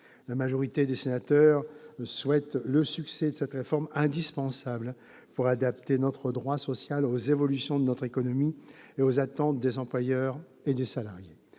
La majorité des sénateurs souhaite le succès de cette réforme, indispensable pour adapter notre droit social aux évolutions de notre économie et aux attentes des employeurs et des salariés.